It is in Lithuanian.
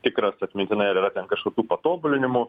tikras atmintinai ar yra ten kažkokių patobulinimų